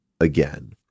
again